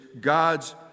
God's